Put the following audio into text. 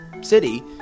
city